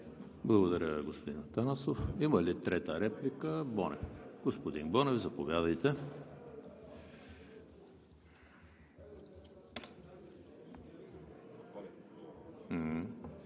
Благодаря, господин Атанасов. Има ли трета реплика? Моля, господин Бонев, заповядайте.